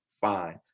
fine